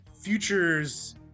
futures